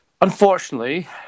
Unfortunately